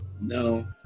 No